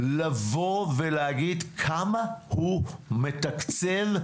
לבוא ולהגיד כמה הוא מתקצב.